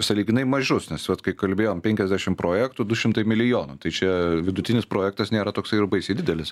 sąlyginai mažus nes vat kai kalbėjom penkiasdešim projektų du šimtai milijonų tai čia vidutinis projektas nėra toksai ir baisiai didelis